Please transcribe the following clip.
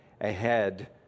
ahead